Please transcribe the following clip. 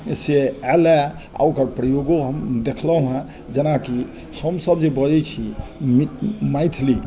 से आयला आ ओकर प्रयोगो हम देखलहुॅं हैं जेनाकी हमसब जे बजै छी मैथिली